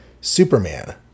Superman